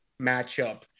matchup